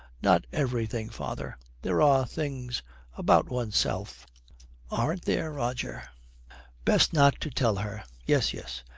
not everything, father. there are things about oneself aren't there, roger best not to tell her yes yes.